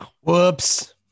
Whoops